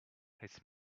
his